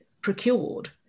procured